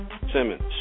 Simmons